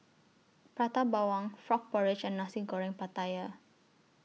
Prata Bawang Frog Porridge and Nasi Goreng Pattaya